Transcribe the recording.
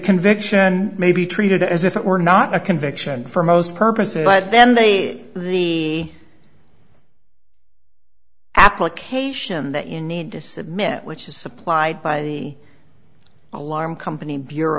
conviction may be treated as if it were not a conviction for most purposes but then they the application that you need to submit which is supplied by the alarm company b